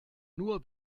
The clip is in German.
nur